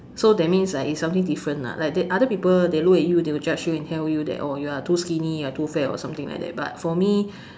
so that means like it's something different lah like they other people they look at you they will judge you and tell you that oh you are too skinny you are too fat or something like that but for me